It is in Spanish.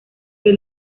que